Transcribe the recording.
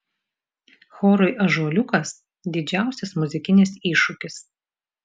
chorui ąžuoliukas didžiausias muzikinis iššūkis